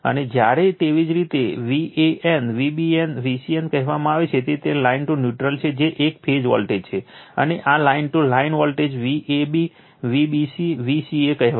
અને જ્યારે તેવી જ રીતે Van Vbn Vcn કહેવામાં આવે છે ત્યારે તે લાઇન ટુ ન્યુટ્રલ છે જે એક ફેઝ વોલ્ટેજ છે અને આ line to line voltage Vab Vbc Vca કહેવાય છે